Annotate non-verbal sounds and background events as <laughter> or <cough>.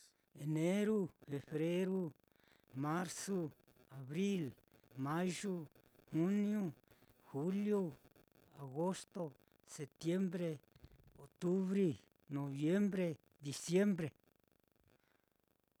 Eneru, <noise> fefreru, marzu, abril, mayu, juniu, juliu, agosto, septiembre, octubri, noviembre, diciembre. <noise>